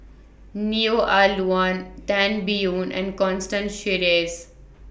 Neo Ah Luan Tan Biyun and Constance Sheares